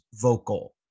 vocal